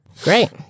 Great